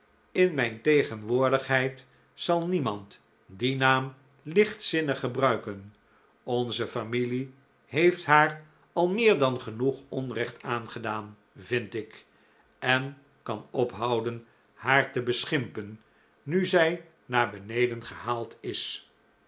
in mijn tcgcnwoordighcid zal nicmand dicn naam lichtzinnig gcbruikcn onze familic hccft haar al meer dan gcnoeg onrccht aangcdaan vind ik en kan ophoudcn haar te bcschimpcn nu zij naar bcncdcn gchaald is